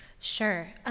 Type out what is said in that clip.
Sure